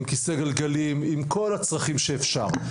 עם כיסא גלגלים עם כל הצרכים שאפשר,